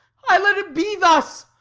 aye, let it be thus!